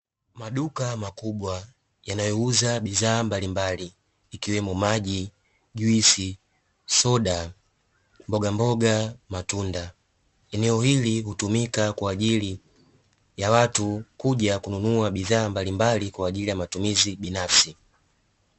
Maduka makubwa yanayouza bidhaa mbalimbali, ikiwemo: maji, juisi, soda, mbogamboga, matunda. Eneo hili hutumika kwa ajili ya watu kuja kununua bidhaa mbalimbali kwa ajili ya matumizi binafsi.